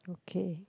okay